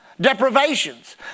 deprivations